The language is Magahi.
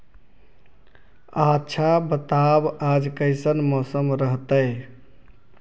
आच्छा बताब आज कैसन मौसम रहतैय?